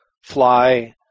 fly